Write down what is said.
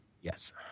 Yes